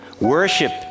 Worship